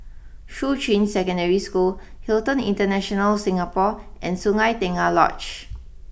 Shuqun Secondary School Hilton International Singapore and Sungei Tengah Lodge